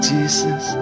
Jesus